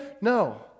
No